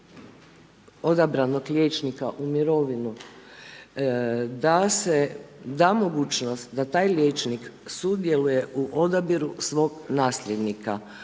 odabranog liječnika u mirovinu da se, da mogućnost da taj liječnik sudjeluje u odabiru svog nasljednika,